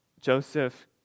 Joseph